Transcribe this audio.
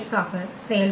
ஆக செயல்படும்